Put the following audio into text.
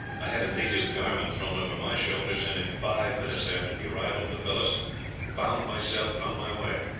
i had a native garment thrown over my shoulders, and in five minutes after the arrival of the fellows found myself on my way.